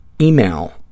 email